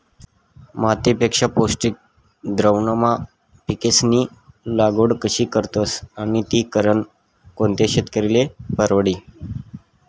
मातीपेक्षा पौष्टिक द्रावणमा पिकेस्नी लागवड कशी करतस आणि ती करनं कोणता शेतकरीले परवडी?